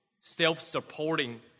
self-supporting